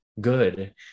good